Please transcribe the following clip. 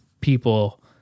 people